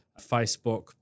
Facebook